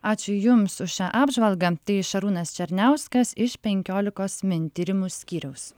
ačiū jums už šią apžvalgą tai šarūnas černiauskas iš penkiolikos min tyrimų skyriaus